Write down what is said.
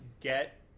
get